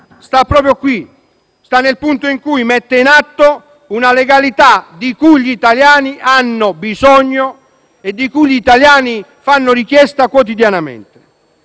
sta proprio qui, sta nel punto in cui mette in atto una legalità di cui gli italiani hanno bisogno e di cui gli italiani fanno richiesta quotidianamente.